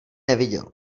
neviděl